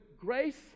grace